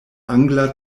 angla